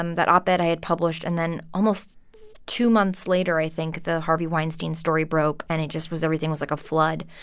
um that op-ed i had published and then, almost two months later, i think, the harvey weinstein story broke, and it just was everything was like a flood.